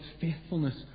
faithfulness